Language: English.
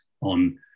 on